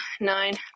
nine